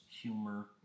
humor